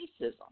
racism